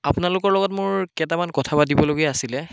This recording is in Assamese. আপোনালোকৰ লগত মোৰ কেইটামান কথা পাতিবলগীয়া আছিলে